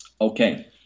Okay